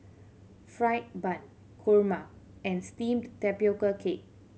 fried bun kurma and steamed tapioca cake